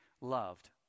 loved